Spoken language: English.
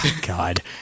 God